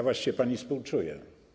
Właściwie pani współczuję.